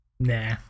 Nah